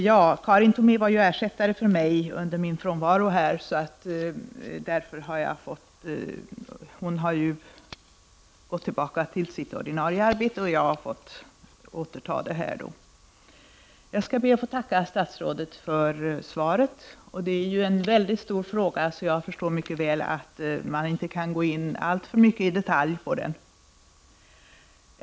Herr talman! Karin Thomé var under min frånvaro ersättare för mig. Hon har nu gått tillbaka till sitt ordinarie arbete, och jag har fått återta detta uppdrag. Jag skall be att få tacka statsrådet för svaret. Detta är en mycket stor fråga, så jag förstår mycket väl att man inte kan gå in alltför mycket i detaljer.